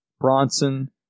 Bronson